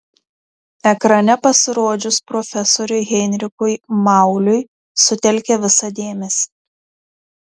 ekrane pasirodžius profesoriui heinrichui mauliui sutelkė visą dėmesį